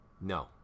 No